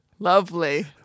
Lovely